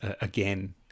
again